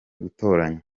gutoranywa